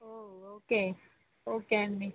ఓ okay okay అండి